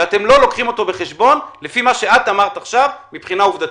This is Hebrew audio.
ואתם לא לוקחים אותו בחשבון לפי מה שאת אמרת עכשיו מבחינה עובדתית.